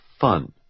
fun